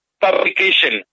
publication